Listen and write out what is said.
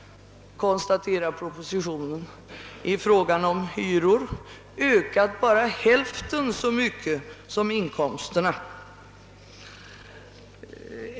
— konstateras det i propositionen — i fråga om hyror ökat endast hälften så mycket som inkomsterna.